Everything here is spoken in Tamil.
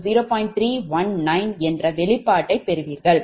319 என்ற வெளிப்பாட்டைப் பெறுவீர்கள்